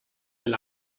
del